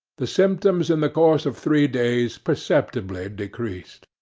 the symptoms in the course of three days perceptibly decreased.